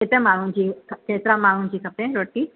केतिरनि माण्हुनि जी ख केतिरा माण्हुनि जी खपे रोटी